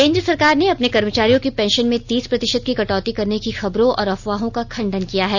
केंद्र सरकार ने अपने कर्मचारियों की पेंशन में तीस प्रतिशत की कटौती करने की खबरों और अफवाहों का खंडन किया है